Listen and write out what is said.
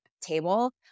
table